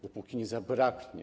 Dopóki nie zabraknie.